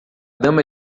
dama